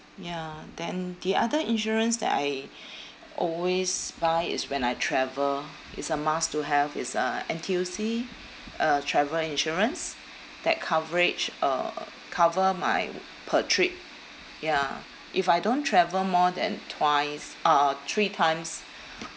ya then the other insurance that I always buy is when I travel is a must to have is uh N_T_U_C uh travel insurance that coverage uh cover my per trip ya if I don't travel more than twice uh three times